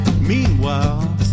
Meanwhile